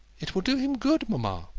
it will do him good, mamma,